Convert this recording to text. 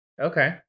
Okay